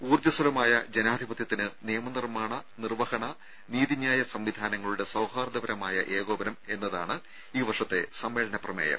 ഊർജ്ജസ്വലമായ ജനാധിപത്യത്തിന് നിയമ നിർമ്മാണ നിർവ്വഹണ നീതിന്യായ സംവിധാനങ്ങളുടെ സൌഹാർദ്ദപരമായ ഏകോപനം എന്നതാണ് ഈ വർഷത്തെ സമ്മേളന പ്രമേയം